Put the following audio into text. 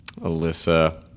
Alyssa